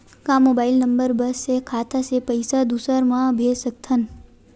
का mobile number बस से खाता से पईसा दूसरा मा भेज सकथन?